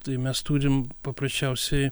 tai mes turim paprasčiausiai